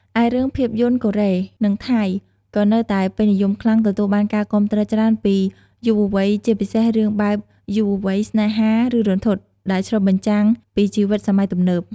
ឯរឿងភាពយន្តកូរ៉េ និងថៃ ក៏នៅតែពេញនិយមខ្លាំងទទួលបានការគាំទ្រច្រើនពីយុវវ័យជាពិសេសរឿងបែប យុវវ័យ ស្នេហា ឬរន្ធត់ ដែលឆ្លុះបញ្ចាំងពីជីវិតសម័យទំនើប ។